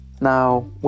Now